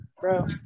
bro